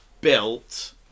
built